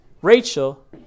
Rachel